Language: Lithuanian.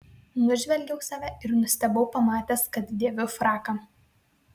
nužvelgiau save ir nustebau pamatęs kad dėviu fraką